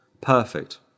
perfect